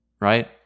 right